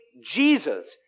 Jesus